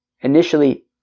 initially